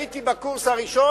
הייתי בקורס הראשון.